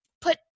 put